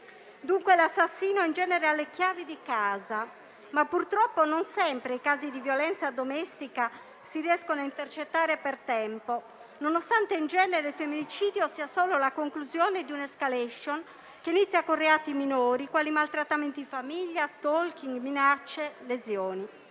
Dunque l'assassino in genere ha le chiavi di casa, ma purtroppo non sempre i casi di violenza domestica si riescono a intercettare per tempo, nonostante in genere il femminicidio sia solo la conclusione di un'*escalation* che inizia con reati minori quali i maltrattamenti in famiglia, *stalking*, minacce, lesioni.